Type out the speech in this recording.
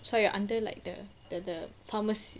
so you are under like the the the pharmacy